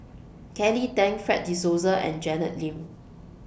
Kelly Tang Fred De Souza and Janet Lim